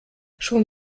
schon